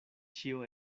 ĉio